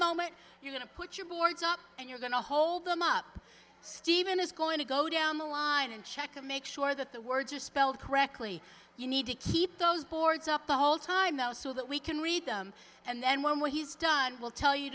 moment you're going to put your boards up and you're going to hold them up stephen is going to go down the line and check and make sure that the words are spelled correctly you need to keep those boards up the whole time though so that we can read them and then when what he's done will tell you